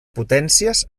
potències